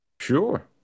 Sure